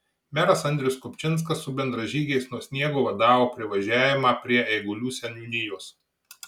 meras andrius kupčinskas su bendražygiais nuo sniego vadavo privažiavimą prie eigulių seniūnijos